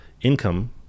income